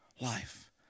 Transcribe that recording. life